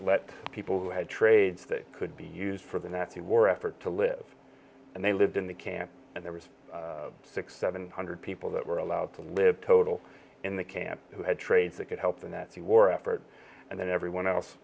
let people who had trades that could be used for the next the war effort to live and they lived in the camp and there was six seven hundred people that were allowed to live total in the camp who had trades that could help them that the war effort and then everyone else